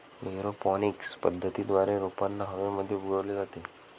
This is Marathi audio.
एरोपॉनिक्स पद्धतीद्वारे रोपांना हवेमध्ये उगवले जाते